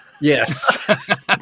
Yes